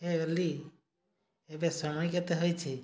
ହେ ଅଲି ଏବେ ସମୟ କେତେ ହୋଇଛି